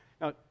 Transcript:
Now